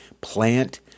Plant